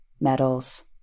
medals